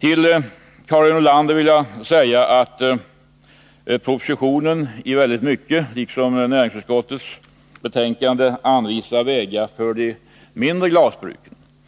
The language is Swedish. Till Karin Nordlander vill jag säga att det i propositionen liksom i näringsutskottets betänkande i stor utsträckning anvisas vägar för de mindre glasbruken.